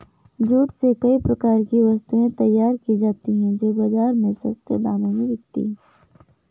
jute से कई प्रकार की वस्तुएं तैयार की जाती हैं जो बाजार में सस्ते दामों में बिकती है